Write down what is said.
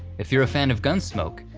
if you're a fan of gunsmoke,